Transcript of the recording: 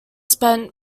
spent